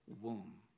womb